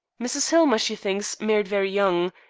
mrs. hillmer, she thinks, married very young,